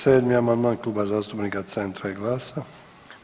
87. amandman Kluba zastupnika Centra i GLAS-a.